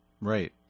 Right